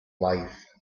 life